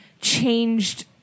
changed